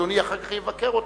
אדוני אחר כך יבקר אותה.